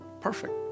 perfect